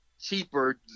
cheaper